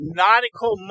nautical